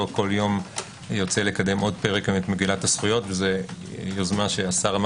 לא כל יום יוצא לקדם עוד פרק במגילת הזכויות זה יוזמה של השר.